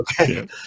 Okay